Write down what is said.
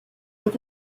with